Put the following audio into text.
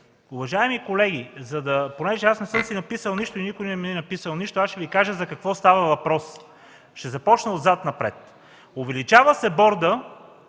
Уважаеми колеги, понеже аз не съм си написал нищо и никой не ми е написал нищо, ще Ви кажа за какво става въпрос. Ще започна отзад напред. Увеличава се бордът,